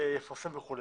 יפרסם וכו',